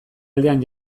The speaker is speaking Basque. aldean